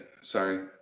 sorry